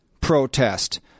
protest